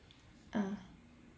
uh